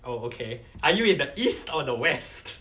oh okay are you in the east or the west